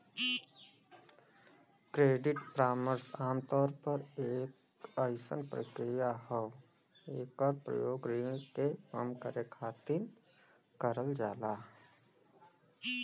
credit परामर्श आमतौर पर एक अइसन प्रक्रिया हौ एकर प्रयोग ऋण के कम करे खातिर करल जाला